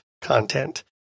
content